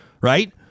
Right